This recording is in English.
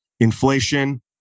Inflation